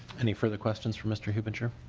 any further questions for mr. hubinger?